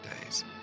days